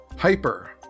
Hyper